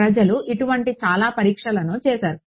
ప్రజలు ఇటువంటి చాలా పరీక్షలను చేసారు